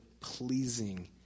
pleasing